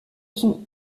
sont